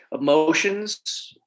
emotions